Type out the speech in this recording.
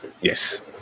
yes